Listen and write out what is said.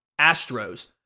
Astros